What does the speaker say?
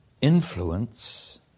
influence